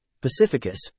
Pacificus